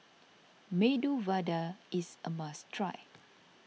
Medu Vada is a must try